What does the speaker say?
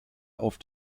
auf